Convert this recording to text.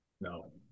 No